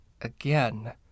Again